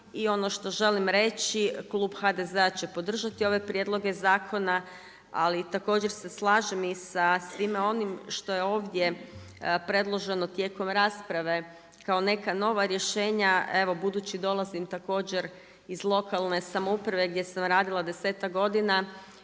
I ono što želim reći klub HDZ-a će podržati ove prijedloge zakona ali također se slažem i sa svime onim što je ovdje predloženo tijekom rasprave kao neka nova rješenja. Evo budući dolazim također iz lokalne samouprave gdje sam radila 10-ak godina,